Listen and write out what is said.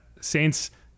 Saints